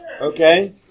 Okay